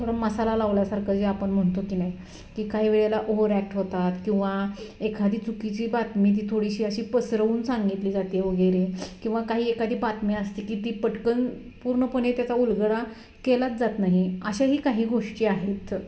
थोडं मसाला लावल्यासारखं जे आपण म्हणतो की नाही की काही वेळेला ओवरॅक्ट होतात किंवा एखादी चुकीची बातमी ती थोडीशी अशी पसरवून सांगितली जाते वगैरे किंवा काही एखादी बातमी असते की ती पटकन पूर्णपणे त्याचा उलगडा केलाच जात नाही अशाही काही गोष्टी आहेत